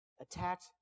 attacked